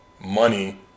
money